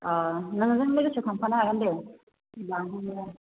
अह नोंजों लोगोसे थांफानो हागोन दे लांफायोबा